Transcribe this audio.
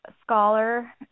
scholar